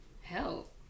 help